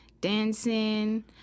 dancing